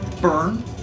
burn